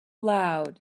loud